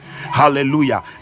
hallelujah